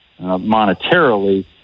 monetarily